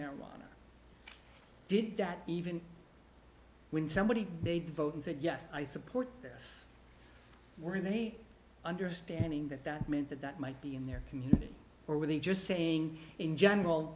marijuana did that even when somebody made the vote and said yes i support this were they understanding that that meant that that might be in their community or were they just saying in general